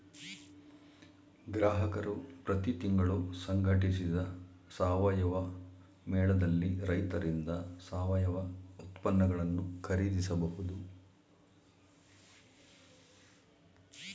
ಗ್ರಾಹಕರು ಪ್ರತಿ ತಿಂಗಳು ಸಂಘಟಿಸಿದ ಸಾವಯವ ಮೇಳದಲ್ಲಿ ರೈತರಿಂದ ಸಾವಯವ ಉತ್ಪನ್ನಗಳನ್ನು ಖರೀದಿಸಬಹುದು